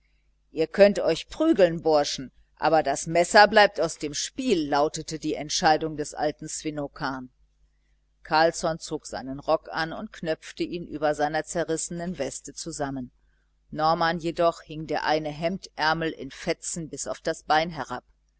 ihr könnt euch prügeln burschen aber das messer bleibt aus dem spiel lautete die entscheidung des alten svinnokarn carlsson zog seinen rock an und knöpfte ihn über seiner zerrissenen weste zusammen norman jedoch hing der eine hemdärmel in fetzen bis auf das bein herab